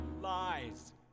lies